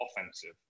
offensive